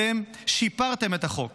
אתם שיפרתם את החוק,